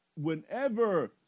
whenever